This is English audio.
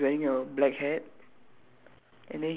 a a white tuxedo then he's wearing a black hat